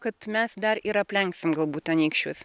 kad mes dar ir aplenksim galbūt anykščius